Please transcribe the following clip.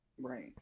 right